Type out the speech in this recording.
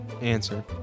answer